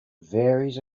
varies